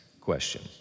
question